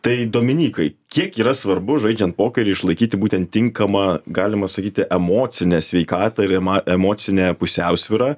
tai dominykai kiek yra svarbu žaidžiant pokerį išlaikyti būtent tinkamą galima sakyti emocinę sveikatą ir ema emocinę pusiausvyrą